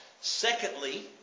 Secondly